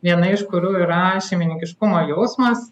viena iš kurių yra šeimyniškumo jausmas